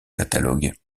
catalogue